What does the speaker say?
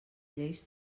lleis